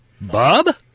Bob